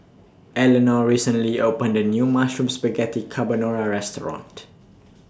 Elinor recently opened A New Mushroom Spaghetti Carbonara Restaurant